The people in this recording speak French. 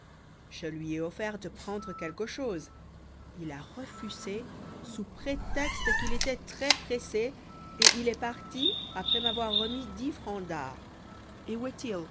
je lui ai offert de prendre quelque chose il a refusé sous prétexte qu'il était très-pressé et il est parti après m'avoir remis dix francs